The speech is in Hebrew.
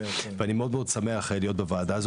אני שמח להיות בוועדה הזאת.